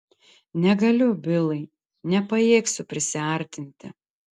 negaliu bilai nepajėgsiu prisiartinti